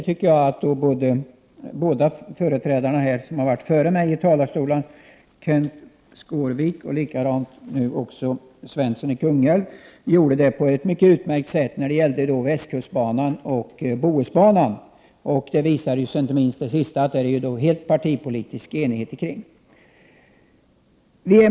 Mina båda företrädare i talarstolen, Kenth Skårvik och Evert Svensson, gjorde det på ett utmärkt sätt när det gäller västkustbanan och Bohusbanan. Inte minst kring Bohusbanan råder det partipolitisk enighet.